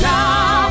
Now